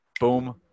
boom